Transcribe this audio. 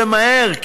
ומהר,